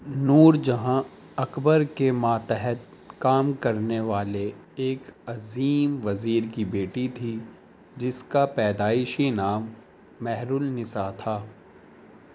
نورجہاں اکبر کے ماتحت کام کرنے والے ایک عظیم وزیر کی بیٹی تھی جس کا پیدائشی نام مہر النسا تھا